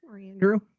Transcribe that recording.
Andrew